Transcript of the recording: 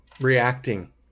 reacting